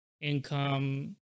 income